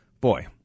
Boy